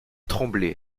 tremblait